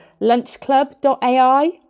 lunchclub.ai